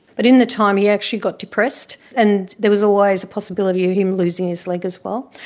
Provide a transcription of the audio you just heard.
but in the time he actually got depressed, and there was always a possibility of him losing his leg as well.